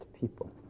people